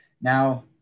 Now